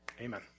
Amen